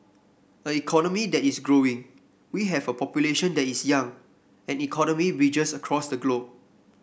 an economy that is growing we have a population that is young and economy bridges across the globe